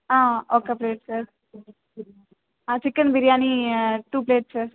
ఒక్క plate sir chicken biryani two plates sir